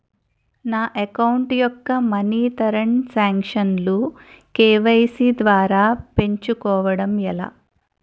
నా అకౌంట్ యెక్క మనీ తరణ్ సాంక్షన్ లు కే.వై.సీ ద్వారా పెంచుకోవడం ఎలా?